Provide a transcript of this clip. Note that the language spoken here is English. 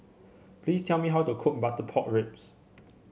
please tell me how to cook Butter Pork Ribs